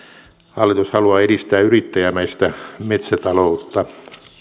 hallitus haluaa edistää yrittäjämäistä metsätaloutta